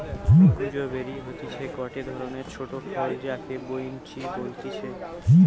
gooseberry হতিছে গটে ধরণের ছোট ফল যাকে বৈনচি বলতিছে